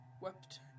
wept